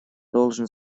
должен